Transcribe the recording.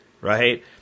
right